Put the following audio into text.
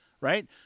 right